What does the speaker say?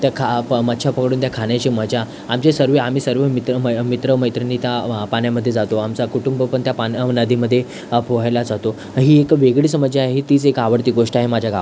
त्या खा प मच्छा पकडून त्या खाण्याची मजा आमचे सर्व आम्ही सर्व मित्र मै मित्रमैत्रिणी त्या पाण्यामध्ये जातो आमचा कुटुंब पण त्या पाण्या व नदीमध्ये पोहायला जातो तर ही एक वेगळीच मजा आहे तीच एक आवडती गोष्ट आहे माझ्या गावात